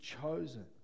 chosen